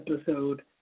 episode